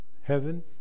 heaven